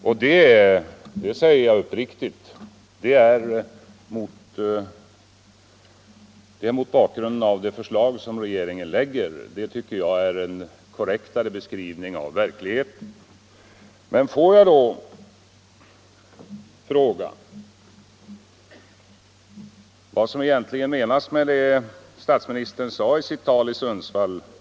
Mot bakgrund av det förslag regeringen lägger — det säger jag uppriktigt — är det uttalandet en korrektare beskrivning av verkligheten. Men vad menade då egentligen statsministern med sitt tal i Sundsvall?